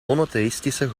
monotheïstische